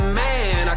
man